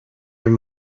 your